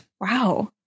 Wow